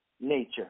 nature